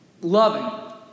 loving